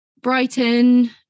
brighton